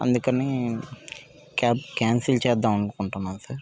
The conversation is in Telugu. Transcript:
అందుకని క్యాబ్ క్యాన్సల్ చేద్దాం అనుకుంటున్నాం సార్